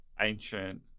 ancient